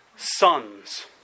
sons